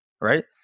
right